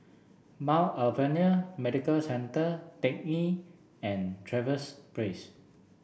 Mount Alvernia Medical Centre Teck Ghee and Trevose Place